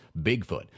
Bigfoot